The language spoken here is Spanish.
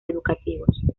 educativos